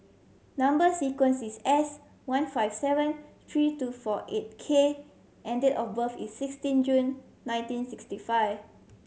number sequence is S one five seven three two four eight K and date of birth is sixteen June nineteen sixty five